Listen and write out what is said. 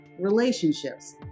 relationships